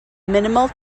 minimal